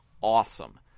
awesome